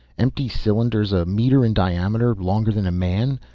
empty cylinders a meter in diameter, longer than a man.